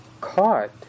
caught